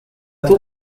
two